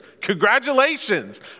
congratulations